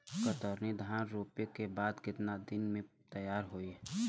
कतरनी धान रोपे के बाद कितना दिन में तैयार होई?